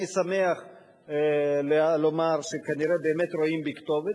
אני שמח לומר שכנראה באמת רואים בי כתובת.